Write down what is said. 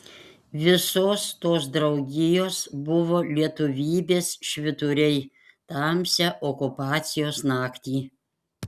visos tos draugijos buvo lietuvybės švyturiai tamsią okupacijos naktį